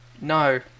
No